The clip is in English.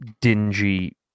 dingy